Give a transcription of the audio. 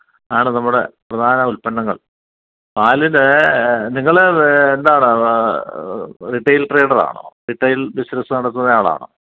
ആണ് നമ്മുടെ പ്രധാന ഉൽപ്പന്നങ്ങൾ പാൽ ഡെ നിങ്ങൾ എന്താണ് റീറ്റെയിൽ ട്രേഡറാണോ റീറ്റെയിൽ ബിസിനസ് നടത്തുന്ന ആളാണോ